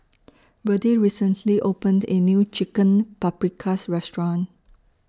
Birdie recently opened A New Chicken Paprikas Restaurant